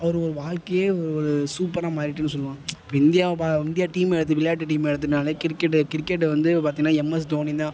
அவர் ஒரு வாழ்க்கையே ஒரு சூப்பராக மாறிட்டுன்னு சொல்லலாம் இப்போ இந்தியாவை பா இந்தியா டீம்மை அது விளையாட்டு டீம்மை எடுத்துகிடாலே கிரிக்கெட் கிரிக்கெட்டை வந்து பார்த்தீன்னா எம்எஸ் தோனிதான்